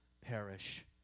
perish